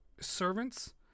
servants